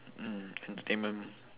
mm entertainment